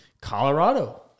Colorado